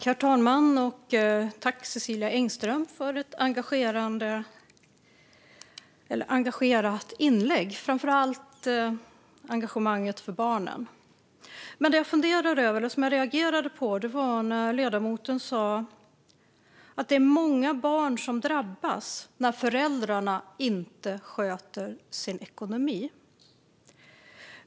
Herr talman! Tack, Cecilia Engström, för ett engagerat inlägg, framför allt engagemanget för barnen! Men jag reagerade på att ledamoten sa att det är många barn som drabbas när föräldrarna inte sköter sin ekonomi.